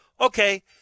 Okay